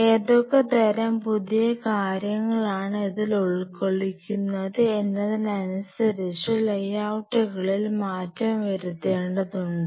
ഏതൊക്കെ തരം പുതിയ കാര്യങ്ങളാണ് ഇതിൽ ഉൾക്കൊള്ളിക്കുന്നത് എന്നതിനനുസരിച്ച് ലേഔട്ട്കളിൽ മാറ്റങ്ങൾ വരുത്തേണ്ടതുണ്ട്